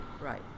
right